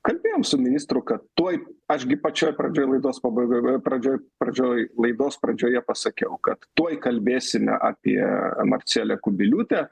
kalbėjom su ministru kad tuoj aš gi pačioj pradžioj laidos pabaigoj pradžioj pradžioj laidos pradžioje pasakiau kad tuoj kalbėsime apie marcelę kubiliūtę